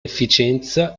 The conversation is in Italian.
efficienza